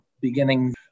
beginning